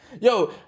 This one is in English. Yo